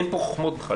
אין פה חוכמות בכלל,